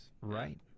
Right